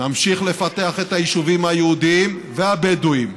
נמשיך לפתח את היישובים היהודיים והבדואיים,